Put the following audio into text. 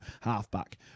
halfback